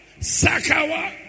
sakawa